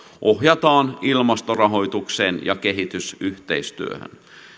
ohjataan ilmastorahoitukseen ja kehitysyhteistyöhön